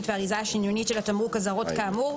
והאריזה השניונית של התמרוק אזהרות כאמור,